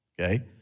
Okay